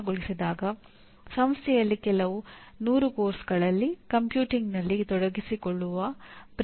ಉತ್ಪಾದಕಗಳು ಮತ್ತು ಪರಿಣಾಮಗಳ ನಡುವಿನ ವ್ಯತ್ಯಾಸವೇನು